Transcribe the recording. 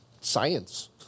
science